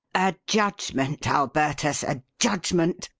a judgment, alburtus, a judgment!